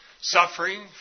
suffering